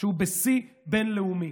שהוא בשיא בין-לאומי.